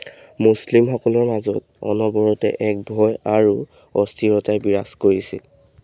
মুছলিমসকলৰ মাজত অনবৰতে এক ভয় আৰু অস্থিৰতাই বিৰাজ কৰিছিল